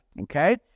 Okay